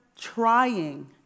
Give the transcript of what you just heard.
trying